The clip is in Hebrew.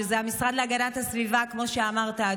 שזה המשרד להגנת הסביבה כמו שאמרת,